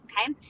Okay